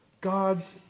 God's